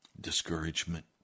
discouragement